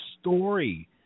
story